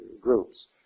groups